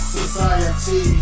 society